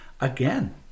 again